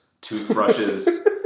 toothbrushes